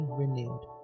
renewed